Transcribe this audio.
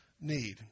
need